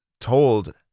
told